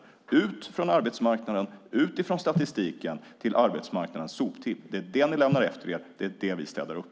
De fick gå ut från arbetsmarknaden och ut från statistiken till arbetsmarknadens soptipp. Det är det ni lämnar efter er. Det är där vi städar upp.